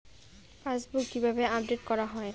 Passbook কিভাবে update করা হয়?